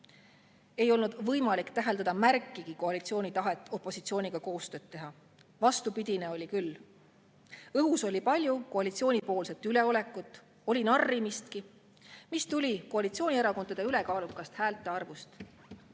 Ei olnud võimalik täheldada märkigi koalitsiooni tahtest opositsiooniga koostööd teha. Vastupidiseid [märke] oli küll. Õhus oli palju koalitsiooni üleolekut, oli narrimistki, mis tuli koalitsioonierakondade ülekaalukast häälte arvust.